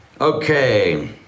okay